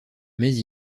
mais